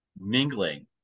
mingling